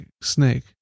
snake